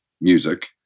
music